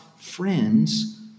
friends